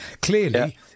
Clearly